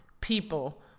people